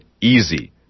easy